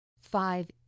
Five